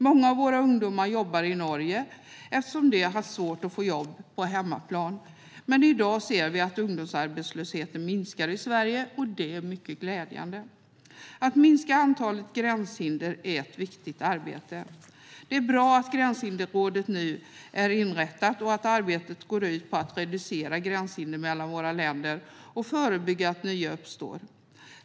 Många av våra ungdomar jobbar i Norge eftersom de haft svårt att få jobb på hemmaplan, men i dag ser vi att ungdomsarbetslösheten minskar i Sverige, vilket är mycket glädjande. Att minska antalet gränshinder är ett viktigt arbete. Det är bra att Gränshinderrådet nu är inrättat och att arbetet går ut på att reducera gränshinder mellan våra länder och förebygga att nya uppstår.